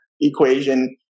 equation